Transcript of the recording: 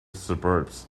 suburbs